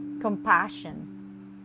compassion